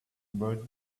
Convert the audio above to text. about